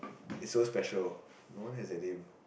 is so special no one has that name